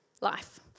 life